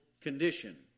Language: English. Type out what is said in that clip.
condition